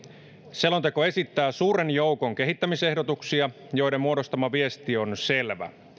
selonteko esittää suuren joukon kehittämisehdotuksia joiden muodostama viesti on selvä